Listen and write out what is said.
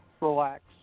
relax